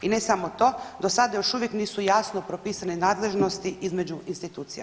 I ne samo to, do sada još uvijek nisu jasno propisane nadležnosti između institucija.